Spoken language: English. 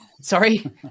Sorry